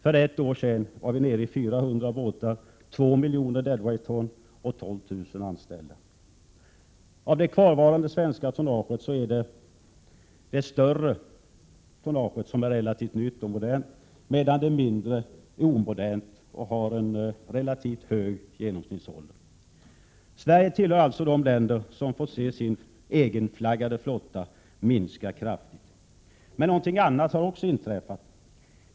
För ett år sedan var vi nere i drygt 400 fartyg om 2 miljoner dödviktston och ca 12 000 ombordanställda. Av det kvarvarande svenskflaggade tonnaget är det större relativt nytt och modernt, medan det mindre är omodernt och har en ganska hög genomsnittsålder. Sverige tillhör alltså de länder som fått se sin egenflaggade flotta minska kraftigt. Någonting annat har emellertid också inträffat.